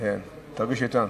תרגיש איתן.